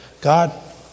God